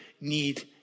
need